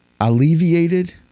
alleviated